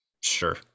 Sure